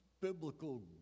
biblical